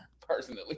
personally